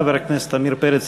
חבר הכנסת עמיר פרץ,